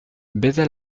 baisa